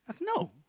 No